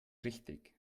richtig